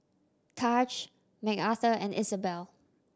Tahj Mcarthur and Isabell